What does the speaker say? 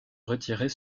retirer